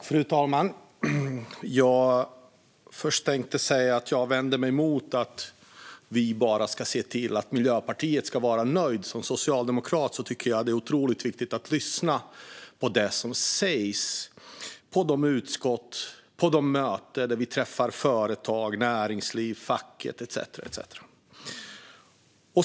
Fru talman! Jag vill först säga att jag vänder mig mot att vi bara ska se till att Miljöpartiet ska vara nöjt. Som socialdemokrat tycker jag att det är otroligt viktigt att lyssna på det som sägs på de utskottssammanträden och de möten där vi träffar företag, näringsliv, facket etcetera.